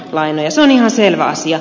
se on ihan selvä asia